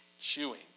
chewing